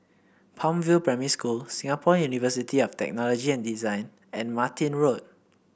Palm View Primary School Singapore University of Technology and Design and Martin Road